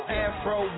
afro